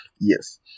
Yes